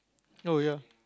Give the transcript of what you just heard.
oh ya